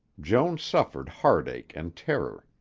joan suffered heartache and terror.